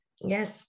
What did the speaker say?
Yes